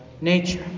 nature